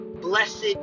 blessed